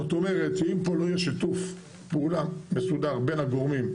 זאת אומרת שאם פה לא יהיה שיתוף פעולה מסודר בין הגורמים,